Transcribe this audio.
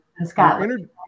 Scotland